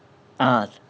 ah